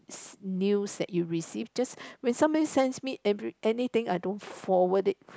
news that you receive just when somebody sends me anything I don't forward it